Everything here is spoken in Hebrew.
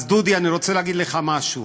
אז דודי, אני רוצה להגיד לך משהו: